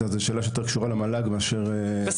קשור יותר למל״ג מאשר למשרד החינוך.